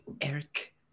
Eric